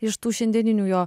iš tų šiandieninių jo